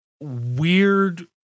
weird